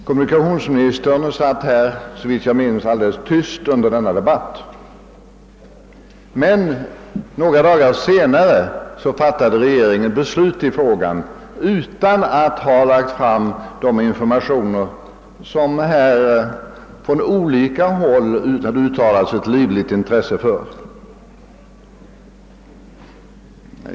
Om jag minns rätt satt kommunikationsministern alldeles tyst under debatten, men några dagar senare fattade regeringen beslut i frågan utan att ha framlagt de informationer för vilka från olika håll uttalats livligt intresse.